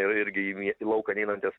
ir irgi į lauką neinantis